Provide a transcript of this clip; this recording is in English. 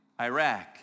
Iraq